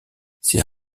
ces